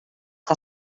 que